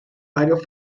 varios